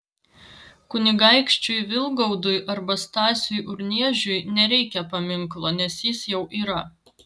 kunigaikščiui vilgaudui arba stasiui urniežiui nereikia paminklo nes jis jau yra